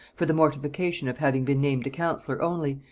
for the mortification of having been named a counsellor only,